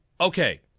okay